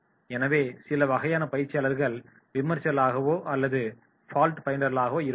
எனவே சில வகையான பயிற்சியாளர்கள் விமர்சகர்களாகவோ அல்லது பால்ட் பைண்டர்ளாகவோ இருப்பார்கள்